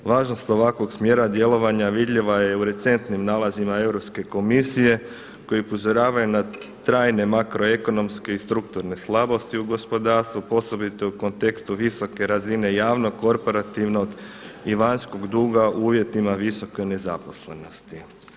Važnost ovakvog smjera djelovanja vidljiva je u recentnim nalazima Europske komisije koji upozoravaju na trajne makro ekonomske i strukturne slabosti u gospodarstvu, osobito u kontekstu visoke razine javnog korporativnog i vanjskog duga u uvjetima visoke nezaposlenosti.